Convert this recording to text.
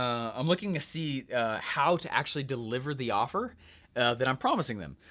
i'm looking to see how to actually deliver the offer that i'm promising them.